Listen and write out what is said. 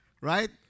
Right